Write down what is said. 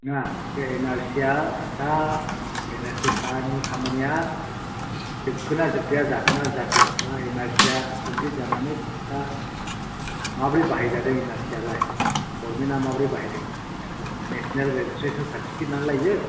नङा बे N R C आ दा एन आर सि नि खामानिया जोबखोना जोबदिया जाखोना जादिया बा एन आर सि आ कमफ्लिट जानानै दा माबोरै बाहायजादों एन आर सि आलाय गभरमेन्टा माबोरै बाहायदों एन आर सि खौ नेसनेल रेजिस्ट्रेसन सारथिफिकेट नालाय बेयो